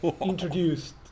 introduced